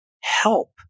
help